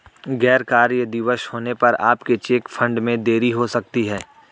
गैर कार्य दिवस होने पर आपके चेक फंड में देरी हो सकती है